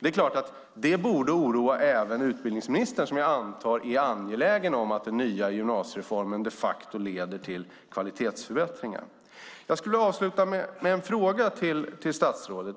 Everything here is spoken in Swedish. Det är klart att detta borde oroa även utbildningsministern, som jag antar är angelägen om att den nya gymnasiereformen de facto leder till kvalitetsförbättringar. Jag skulle vilja avsluta med en fråga till statsrådet.